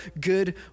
good